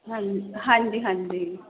ਹਾਂਜ ਹਾਂਜੀ ਹਾਂਜੀ